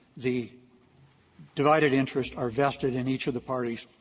the divided interests are vested in each of the parties,